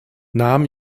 nahm